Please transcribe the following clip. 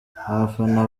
abafana